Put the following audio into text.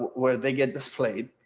where they get displayed.